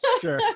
Sure